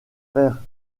faire